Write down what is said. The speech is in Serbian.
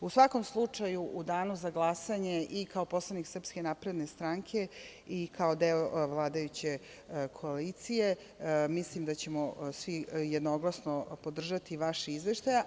U svakom slučaju, u danu za glasanje i kao poslanik SNS i kao deo vladajuće koalicije, mislim da ćemo svi jednoglasno podržati vaš izveštaj.